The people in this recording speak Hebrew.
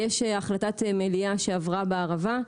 יש החלטת מליאה שעברה בערבה,